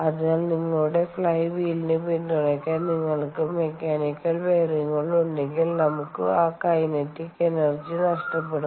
അതിനാൽ നിങ്ങളുടെ ഫ്ലൈ വീലിനെ പിന്തുണയ്ക്കാൻ നിങ്ങൾക്ക് മെക്കാനിക്കൽ ബെയറിംഗുകൾ ഉണ്ടെങ്കിൽ നമുക്ക് ആ കൈനറ്റിക് എനർജി നഷ്ടപ്പെടും